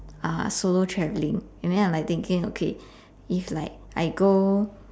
uh solo traveling and then I'm like thinking okay if like I go